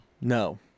No